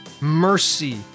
mercy